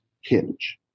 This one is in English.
hinge